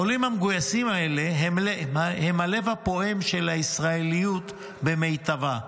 העולים המגויסים האלה הם הלב הפועם של הישראליות במיטבה.